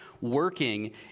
working